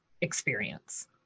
experience